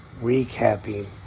recapping